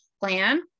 plan